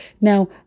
Now